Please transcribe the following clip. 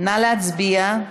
נא להצביע.